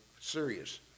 serious